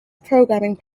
programming